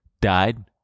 Died